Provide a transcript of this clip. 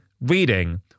reading